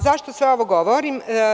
Zašto sve ovo govorim?